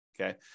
Okay